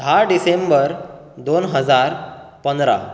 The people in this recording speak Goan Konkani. धा डिसेंबर दोन हजार पंदरा